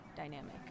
dynamic